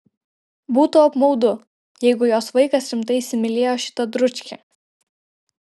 būtų apmaudu jeigu jos vaikas rimtai įsimylėjo šitą dručkę